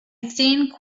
think